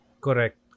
Correct